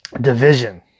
division